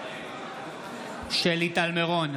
בעד שלי טל מירון,